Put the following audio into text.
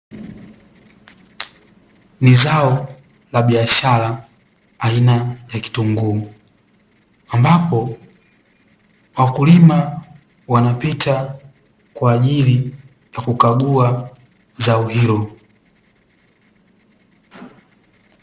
Ni zao la biashara aina ya kitunguu, ambapo wakulima wanapita kwa ajili ya kukagua zao hilo.